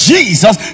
Jesus